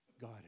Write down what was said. God